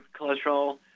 cholesterol